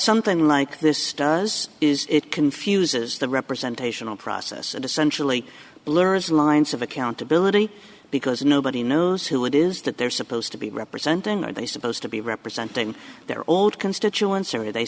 something like this stuff is it confuses the representation of process to centrally blurred lines of accountability because nobody knows who it is that they're supposed to be representing are they supposed to be representing their old constituents or are they